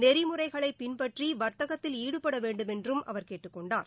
நெறிமுறைகளைப் பின்பற்றி வர்த்தகத்தில் ஈடுபட வேண்டுமென்றும் அவர் கேட்டுக் கொண்டார்